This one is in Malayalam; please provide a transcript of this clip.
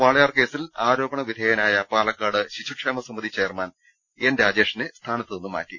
വാളയാർ കേസിൽ ആരോപണ വിധേയനായ പാലക്കാട് ശിശുക്ഷേമസമിതി ചെയർമാൻ രാജേഷിനെ സ്ഥാനത്തു നിന്ന് മാറ്റി